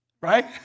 right